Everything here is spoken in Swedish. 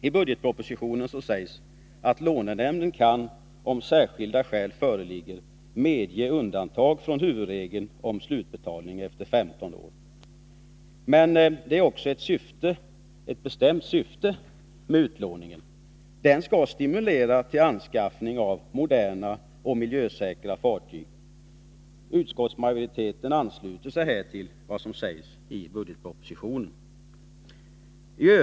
I budgetpropositionen sägs att lånenämnden kan medge undantag från huvudregeln om slutbetalning efter 15 år. Men det är också ett bestämt syfte med utlåningen: den skall stimulera till anskaffning av moderna och miljösäkra fartyg. Utskottsmajoriteten ansluter sig till vad som sägs i budgetpropositionen.